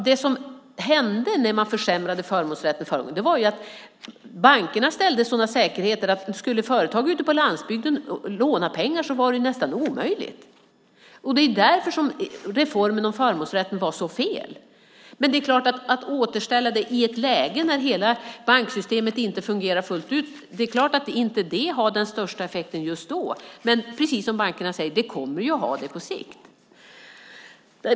Det som hände när man försämrade förmånsrätten förra gången var att bankerna ställde sådana säkerhetskrav att det nästan blev omöjligt för företag på landsbygden att låna pengar. Därför var reformen av förmånsrätten fel. Att återställa det i ett läge när hela banksystemet inte fungerar fullt ut har givetvis inte den största effekten, men det kommer, precis som bankerna säger, att ha det på sikt.